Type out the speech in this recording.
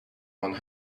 one